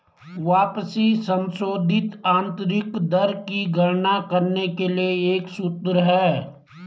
वापसी की संशोधित आंतरिक दर की गणना करने के लिए एक सूत्र है